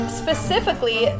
specifically